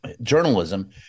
journalism